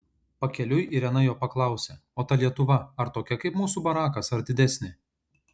pakeliui irena jo paklausė o ta lietuva ar tokia kaip mūsų barakas ar didesnė